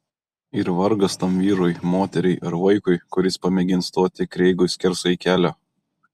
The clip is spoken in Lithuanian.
ir vargas tam vyrui moteriai ar vaikui kuris pamėgins stoti kreigui skersai kelio